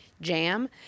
jam